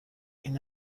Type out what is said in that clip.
این